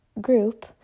group